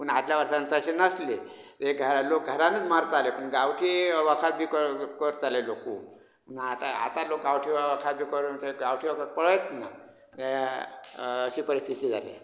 पूण आदल्या वर्सांक तशें नासलें एक लोक घरानूच मरताले पूण गांवटी वखद बी कर करताले खूब आतां आतां लोक गांवटी वखद बी करून गांवटी वखद पळयत ना ए अशी परिस्थिती जाल्या